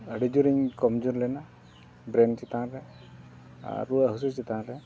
ᱟᱹᱰᱤ ᱡᱳᱨᱤᱧ ᱠᱚᱢ ᱡᱳᱨ ᱞᱮᱱᱟ ᱵᱨᱮᱱ ᱪᱮᱛᱟᱱ ᱨᱮ ᱟᱨ ᱨᱩᱣᱟᱹ ᱦᱟᱹᱥᱩ ᱪᱮᱛᱟᱱ ᱨᱮ